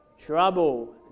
trouble